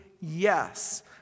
yes